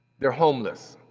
they're homeless,